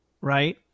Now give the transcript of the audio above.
right